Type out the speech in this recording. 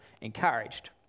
encouraged